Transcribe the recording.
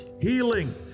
healing